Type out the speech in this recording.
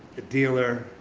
a dealer,